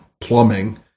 plumbing